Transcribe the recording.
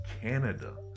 Canada